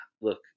look